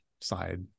side